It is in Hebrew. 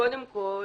קודם כל,